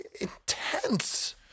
intense